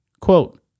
quote